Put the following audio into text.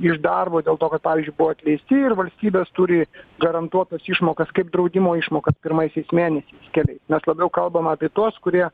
iš darbo dėl to kad pavyzdžiui buvo atleisti ir valstybės turi garantuot tas išmokas kaip draudimo išmokas pirmaisiais mėnesiais keliai mes labiau kalbam apie tuos kurie